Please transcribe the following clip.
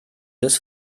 des